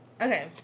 Okay